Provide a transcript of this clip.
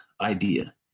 idea